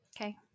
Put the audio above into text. Okay